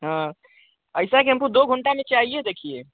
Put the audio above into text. हाँ ऐसा है कि हमको दो घंटा में चाहिये देखिये